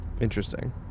interesting